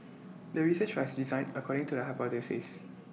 the research are designed according to the hypothesis